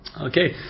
Okay